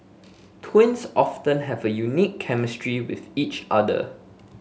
twins often have a unique chemistry with each other